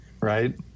right